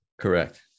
Correct